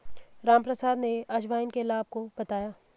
रामप्रसाद ने अजवाइन के लाभ को बताया